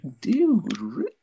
dude